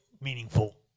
meaningful